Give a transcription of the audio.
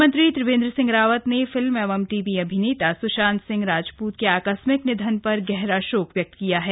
मुख्यमंत्री त्रिवेन्द्र सिंह रावत ने फिल्म एवं टीवी अभिनेता सुशांत सिंह राजपूत के आकस्मिक निधन पर गहरा शोक व्यक्त किया है